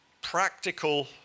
practical